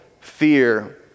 fear